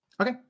Okay